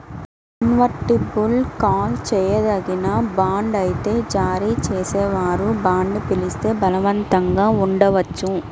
convertible call చేయదగిన bond అయితే జారీ చేసేవారు బాండ్ని పిలిస్తే బలవంతంగా ఉండవచ్చు